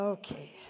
Okay